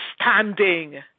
standing